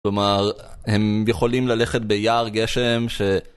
כלומר, הם יכולים ללכת ביער גשם ש...